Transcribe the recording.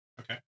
Okay